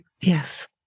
Yes